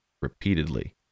repeatedly